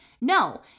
No